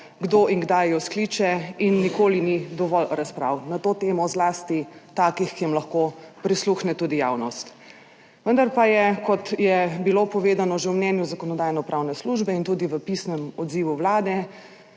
kdo in kdaj jo skliče in nikoli ni dovolj razprav na to temo, zlasti takih, ki jim lahko prisluhne tudi javnost. Vendar pa je, kot je bilo povedano že v mnenju Zakonodajno-pravne službe in tudi v pisnem odzivu Vlade